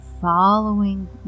Following